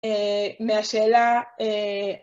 ‫מהשאלה...